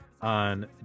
on